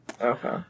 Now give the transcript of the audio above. Okay